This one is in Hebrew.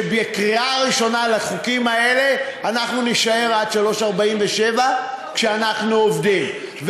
שבקריאה ראשונה על החוקים האלה אנחנו נישאר עד 03:47 כשאנחנו עובדים.